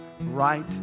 right